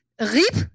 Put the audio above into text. rip